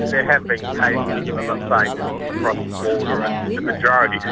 there have been cases, and i'm not saying this is across the or in the majority,